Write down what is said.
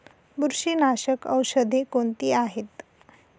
बुरशीनाशक औषधे कोणती आहेत?